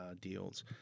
deals